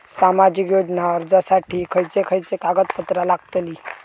सामाजिक योजना अर्जासाठी खयचे खयचे कागदपत्रा लागतली?